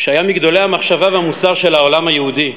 שהיה מגדולי המחשבה והמוסר של העולם היהודי,